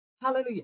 Hallelujah